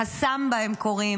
חסמב"ה הם קוראים